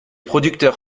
producteurs